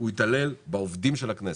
הוא התעלל בעובדים של הכנסת.